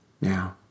now